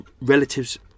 Relatives